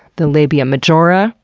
the labia majora,